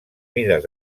mides